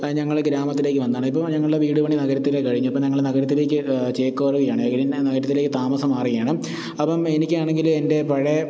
ഞങ്ങള് ഗ്രാമത്തിലേക്ക് വന്നതാണ് ഇപ്പോള് ഞങ്ങളുടെ വീടുപണി നഗരത്തിലെ കഴിഞ്ഞു അപ്പോള് ഞങ്ങൾ നഗരത്തിലേക്കു ചേക്കേറുകയാണ് നഗരത്തിലേക്ക് താമസം മാറുകയാണ് അപ്പോള് എനിക്കാണെങ്കില് എൻ്റെ പഴയ